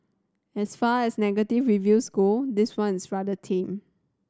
as far as negative reviews go this one's rather tame